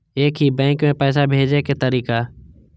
एक ही बैंक मे पैसा भेजे के तरीका?